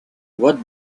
what